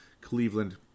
Cleveland